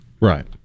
Right